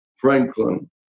Franklin